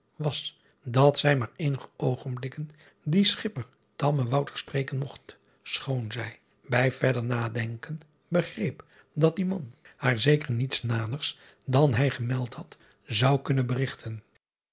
was dat zij maar eenige oogenblikken dien chipper spreken mogt schoon zij bij verder nadenken begreep dat die man haar zeker niets naders dan hij gemeld had zou kunnen berigten